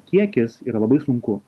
kiekis yra labai sunku